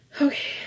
Okay